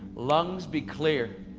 lungs be clear.